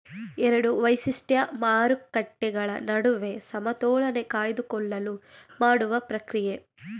ಎರಡು ವೈಶಿಷ್ಟ್ಯ ಮಾರುಕಟ್ಟೆಗಳ ನಡುವೆ ಸಮತೋಲನೆ ಕಾಯ್ದುಕೊಳ್ಳಲು ಮಾಡುವ ಪ್ರಕ್ರಿಯೆ